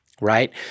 right